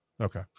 okay